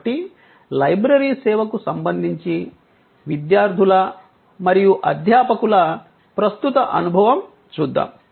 కాబట్టి లైబ్రరీ సేవకు సంబంధించి విద్యార్థుల మరియు అధ్యాపకుల ప్రస్తుత అనుభవం చూద్దాం